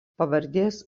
pavardės